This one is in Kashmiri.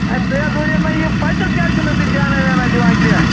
اے تُہۍ حظ ؤنِو مےٚ یہِ بَچَس کیٛازِ چھُو نہٕ تُہۍ دھیانہ وھیانہ دِوان کینٛہہ